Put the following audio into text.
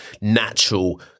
natural